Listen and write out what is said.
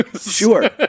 Sure